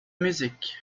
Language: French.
musique